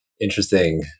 interesting